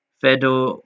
Fedor